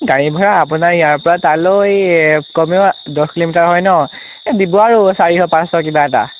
গাড়ী ভাড়া আপোনাৰ ইয়াৰপৰা তালৈ কমেও দহ কিলোমিটাৰ হয় ন দিব আৰু চাৰিশ পাঁচশ কিবা এটা